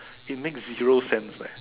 it makes zero sense leh